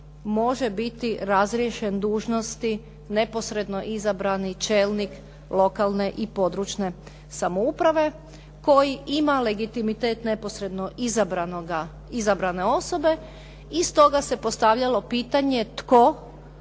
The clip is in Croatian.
može biti razriješen dužnosti neposredno izabrani čelnik lokalne i područne samouprave koji ima legitimitet neposredno izabrane osobe. I stoga se postavljalo pitanje tko